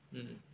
mm